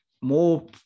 more